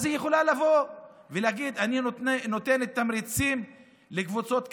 אז היא יכולה לבוא ולהגיד: אני נותנת תמריצים לקבוצות כאלה,